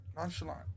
Nonchalant